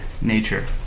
nature